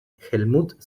helmut